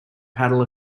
paddle